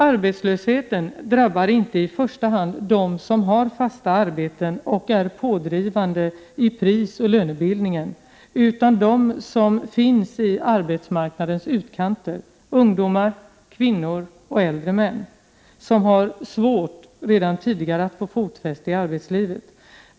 Arbetslösheten drabbar inte i första hand dem som har fasta arbeten och är pådrivande i prisoch lönebildningen, utan dem som finns i arbetsmarknadens utkanter: ungdomar, kvinnor och äldre män, som redan tidigare har svårt att få fotfäste i arbetslivet.